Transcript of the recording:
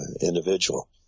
individual